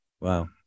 wow